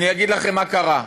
אני אגיד לכם מה קרה.